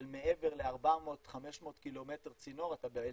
של מעבר ל-500-400 קילומטר צינור אתה ב-LNG.